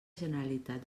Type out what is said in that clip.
generalitat